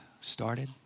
started